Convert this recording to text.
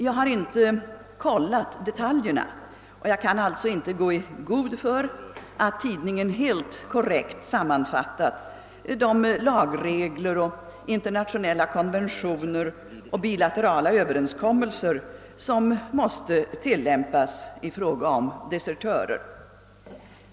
Jag har inte kontrollerat detaljerna och kan alltså inte gå i god för att tidningen helt korrekt sammanfattat de lagregler, internationella konventioner och bilaterala överenskommelser som måste tillämpas i fråga om desertörer.